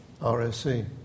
RSC